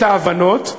את ההבנות.